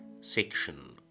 section